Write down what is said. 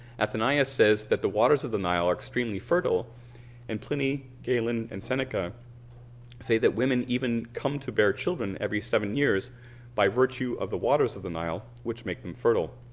athenaeums says that the waters of the nile are extremely fertile and pliny, galen and seneca say that women even come to bear children every seven years by virtue of the waters of the nile which make them fertile